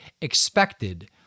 expected